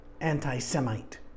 anti-Semite